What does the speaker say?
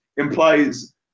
implies